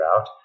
out